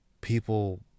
people